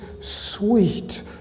sweet